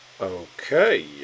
Okay